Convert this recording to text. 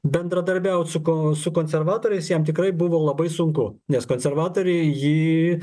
bendradarbiaut su kon su konservatoriais jam tikrai buvo labai sunku nes konservatoriai jį